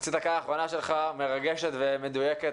חצי הדקה האחרונה שלך מרגשת ומדויקת,